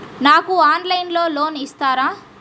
నాకు ఆన్లైన్లో లోన్ ఇస్తారా?